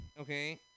okay